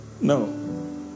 no